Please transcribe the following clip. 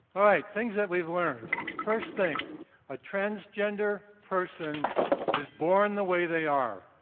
alright, things that we've learned. first thing a transgender person is born the way they are,